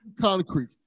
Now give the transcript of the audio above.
concrete